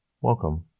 Welcome